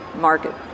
market